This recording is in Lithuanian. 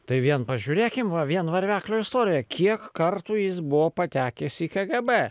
tai vien pažiūrėkim va vien varveklio istorija kiek kartų jis buvo patekęs į kgb